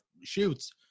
shoots